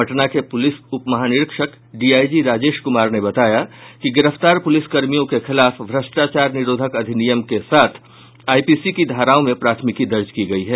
पटना के पुलिस उपमहानिरीक्षक डीआईजी राजेश कुमार ने बताया कि गिरफ्तार पूलिसकर्मियों के खिलाफ भ्रष्टाचार निरोधक अधिनियम के साथ आइपीसी की धाराओं में प्राथमिकी दर्ज की गई है